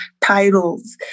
titles